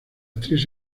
actriz